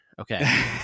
Okay